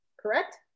Correct